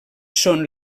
són